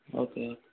okay